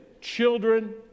children